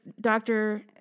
doctor